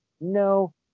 No